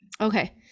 okay